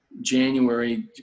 January